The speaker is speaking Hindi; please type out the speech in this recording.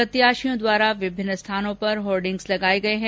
प्रत्याशियों द्वारा विभिन्न स्थानों पर होर्डिंग्स भी लगाये गये हैं